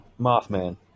Mothman